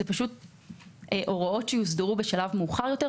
אלה הוראות שיוסדרו בשלב מאוחר יותר.